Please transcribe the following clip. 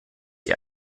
die